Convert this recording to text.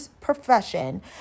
profession